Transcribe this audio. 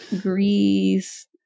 Grease